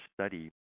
study